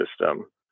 system